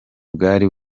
bwari